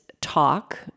talk